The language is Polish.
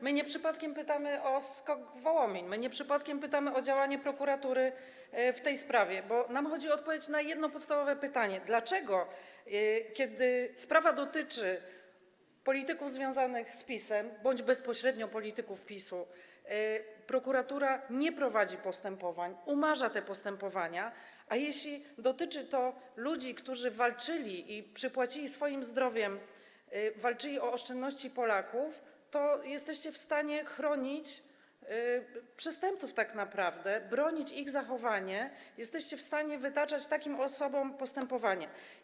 My nie przypadkiem pytamy o SKOK Wołomin, my nie przypadkiem pytamy o działanie prokuratury w tej sprawie, bo nam chodzi o odpowiedź na jedno podstawowe pytanie: Dlaczego kiedy sprawa dotyczy polityków związanych z PiS-em bądź bezpośrednio polityków PiS-u, prokuratura nie prowadzi postępowań, umarza te postępowania, a jeśli dotyczy ludzi, którzy walczyli i przypłacili to swoim zdrowiem, walczyli o oszczędności Polaków, to jesteście w stanie chronić przestępców tak naprawdę, bronić ich zachowania, jesteście w stanie wytaczać takim osobom postępowania?